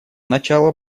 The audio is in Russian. начало